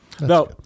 No